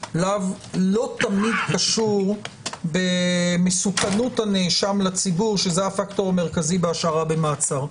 לא תמיד קשור במסוכנות הנאשם לציבור שזה הפקטור המרכזי בהשארה במעצר.